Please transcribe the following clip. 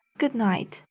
good-night!